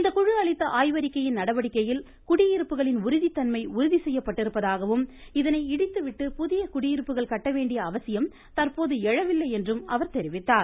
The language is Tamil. இந்த குழு அளித்த ஆய்வறிக்கையின் நடவடிக்கையில் குடியிருப்புகளின் உறுதியான தன்மை உறுதி செய்யப்பட்டிருப்பதாகவும் இதனை இடித்துவிட்டு புதிய குடியிருப்புகள் கட்ட வேண்டிய அவசியம் தற்போது எழவில்லை என்றும் அவர் தெரிவித்தார்